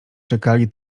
czekali